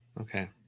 Okay